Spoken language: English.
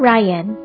Ryan